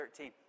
13